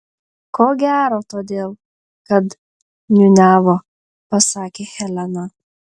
ko gero todėl kad niūniavo pasakė helena